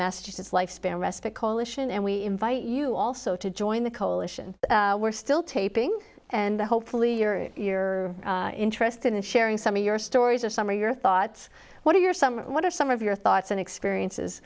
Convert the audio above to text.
massachusetts lifespan respite coalition and we invite you also to join the coalition we're still taping and hopefully you're interested in sharing some of your stories or some are your thoughts what are your some what are some of your thoughts and experiences